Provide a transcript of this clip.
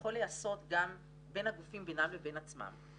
יכול להיעשות גם בין הגופים, בינם לבין עצמם.